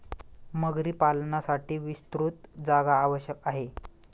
मगरी पालनासाठी विस्तृत जागा आवश्यक आहे